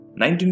19